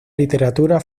literatura